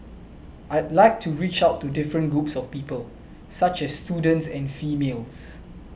I'd like to reach out to different groups of people such as students and females